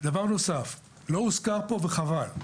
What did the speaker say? דבר נוסף, שלא הוזכר פה וחבל: